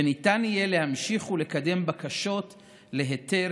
וניתן יהיה להמשיך ולקדם בקשות להיתר